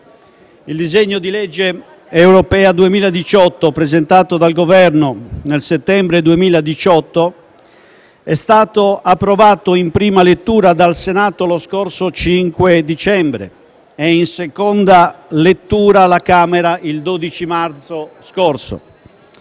il disegno di legge europea 2018, presentato dal Governo nel settembre 2018, è stato approvato in prima lettura dal Senato lo scorso 5 dicembre e in seconda lettura alla Camera il 12 marzo scorso.